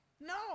No